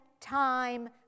time